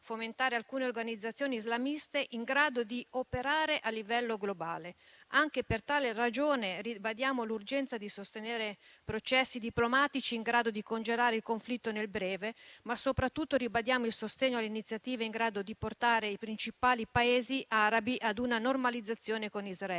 fomentare alcune organizzazioni islamiste in grado di operare a livello globale. Anche per tale ragione ribadiamo l'urgenza di sostenere processi diplomatici in grado di congelare il conflitto nel breve. Ma soprattutto ribadiamo il sostegno alle iniziative in grado di portare i principali Paesi arabi ad una normalizzazione con Israele.